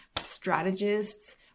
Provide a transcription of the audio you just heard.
strategists